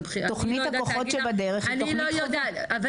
אני לא יודעת להגיד לך --- התוכנית ה'כוחות שבדרך היא תוכנית חובה.